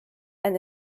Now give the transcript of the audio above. and